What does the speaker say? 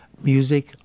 music